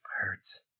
hurts